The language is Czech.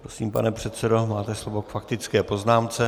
Prosím, pane předsedo, máte slovo k faktické poznámce.